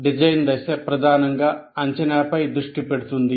design దశ ప్రధానంగా అంచనాపై దృష్టి పెడుతుంది